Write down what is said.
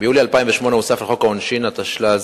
לקריאה